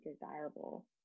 desirable